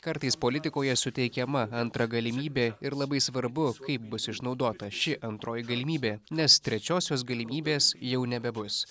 kartais politikoje suteikiama antra galimybė ir labai svarbu kaip bus išnaudota ši antroji galimybė nes trečiosios galimybės jau nebebus